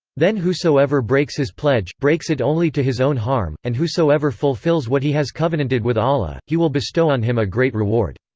then whosoever breaks his pledge, breaks it only to his own harm, and whosoever fulfils what he has covenanted with allah, he will bestow on him a great reward.